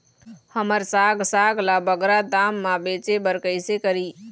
हमर साग साग ला बगरा दाम मा बेचे बर कइसे करी?